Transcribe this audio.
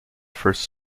first